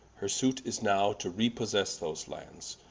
her suit is now, to repossesse those lands,